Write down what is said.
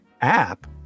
app